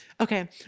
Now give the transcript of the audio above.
Okay